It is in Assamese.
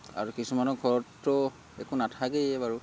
আৰু কিছুমানৰ ঘৰততো একো নাথাকেই বাৰু